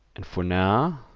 and for now,